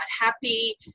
happy